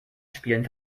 spielen